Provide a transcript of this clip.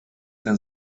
der